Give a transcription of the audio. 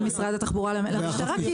בין משרד התחבורה למשטרה,